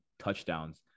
touchdowns